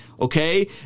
Okay